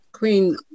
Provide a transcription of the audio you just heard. Queen